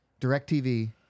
direcTV